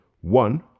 One